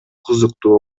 кызыктуу